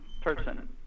person